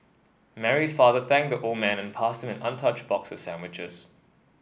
Mary's father thanked the old man and passed him an untouched box of sandwiches